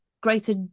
greater